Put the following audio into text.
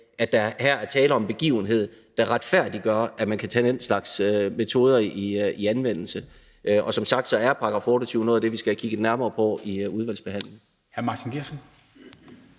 at der her er tale om en begivenhed, der retfærdiggør, at man kan tage den slags metoder i anvendelse. Og som sagt er § 28 noget af det, vi skal have kigget nærmere på i udvalgsbehandlingen.